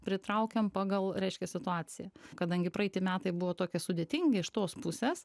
pritraukiam pagal reiškia situacija kadangi praeiti metai buvo tokie sudėtingi iš tos pusės